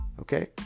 okay